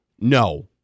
No